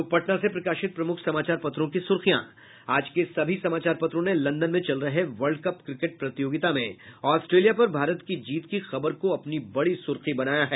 अब पटना से प्रकाशित प्रमुख समाचार पत्रों की सुर्खियां आज के सभी समाचार पत्रों ने लंदन में चल रहे वर्ल्ड कप क्रिकेट प्रतियोगिता में ऑस्ट्रेलिया पर भारत की जीत की खबर को अपनी बड़ी सुर्खी बनाया है